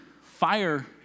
fire